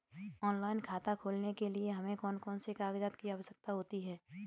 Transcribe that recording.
Online खाता खोलने के लिए हमें कौन कौन से कागजात की आवश्यकता होती है?